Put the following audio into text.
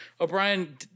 O'Brien